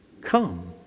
come